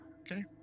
Okay